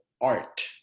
art